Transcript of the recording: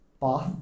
Bath